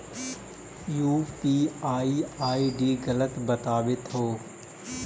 ई UPI ID गलत बताबीत हो